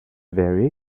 very